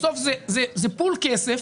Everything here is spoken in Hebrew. בסוף זה פול כסף